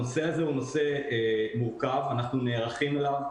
הנושא הזה מורכב, אנחנו נערכים אליו.